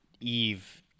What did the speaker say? Eve